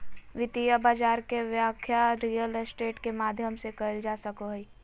वित्तीय बाजार के व्याख्या रियल स्टेट के माध्यम से कईल जा सको हइ